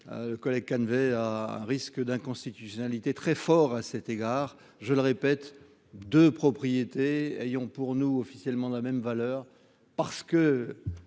qu'on dise Calvet à risque d'inconstitutionnalité, très fort, à cet égard, je le répète de propriété ayant pour nous officiellement la même valeur parce que